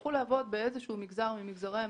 יצטרכו בכל מקרה לעבוד באיזה שהוא מגזר ממגזרי המשק,